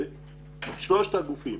שלושת הגופים